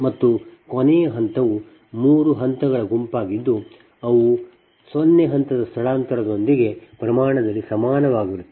ಮತ್ತು ಕೊನೆಯ ಹಂತವು 3 ಹಂತಗಳ ಗುಂಪಾಗಿದ್ದು ಅವು 0 ಹಂತದ ಸ್ಥಳಾಂತರದೊಂದಿಗೆ ಪ್ರಮಾಣದಲ್ಲಿ ಸಮಾನವಾಗಿರುತ್ತದೆ